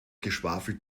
geschwafel